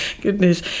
Goodness